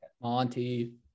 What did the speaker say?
Monty